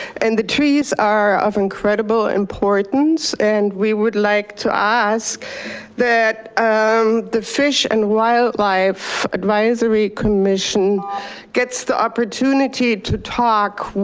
and the trees are of incredible importance and we would like to ask that um the fish and wildlife advisory commission gets the opportunity to talk,